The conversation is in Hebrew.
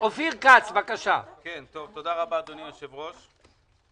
תודה רבה, אדוני היושב-ראש.